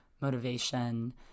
motivation